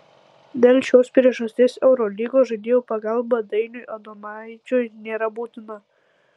dėl šios priežasties eurolygos žaidėjų pagalba dainiui adomaičiui nėra būtina